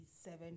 seven